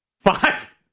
Five